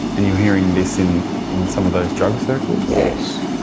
and you're hearing this in some of those drug circles? yes.